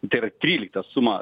tai yra tryliktą sumą